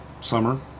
summer